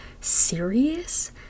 serious